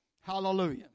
hallelujah